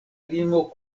limo